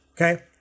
okay